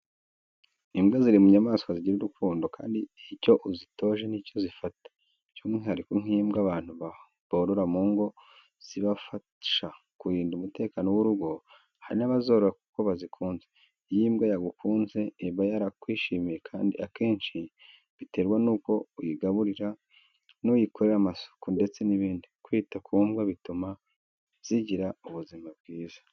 Imbwa ziri munyamaswa zigira urukundo kandi icyo uzitoje ni cyo zifata, by'umwihariko nk'imbwa abantu borora mu ngo zibafasha kurinda umutekano w'urugo, hari n'abazorora kuko bazikunze. Iyo imbwa yagukunze iba yarakwishimiye kandi akenshi biterwa nuko uyigaburira, n'uyikorera amasuku ndete n'ibindi, kwita ku mbwa bituma zigira ubuzima bwiza.